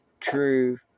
true